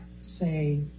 say